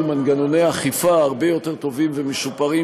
מנגנוני אכיפה הרבה יותר טובים ומשופרים,